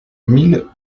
mille